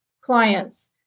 clients